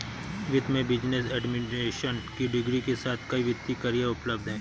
वित्त में business administration की डिग्री के साथ कई वित्तीय करियर उपलब्ध हैं